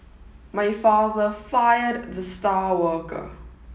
my father fired the star worker